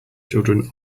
children